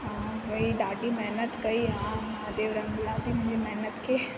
हा भई ॾाढी महिनत कई हा महादेव रंग लाथईं मुंहिंजी महिनत खे